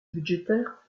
budgétaire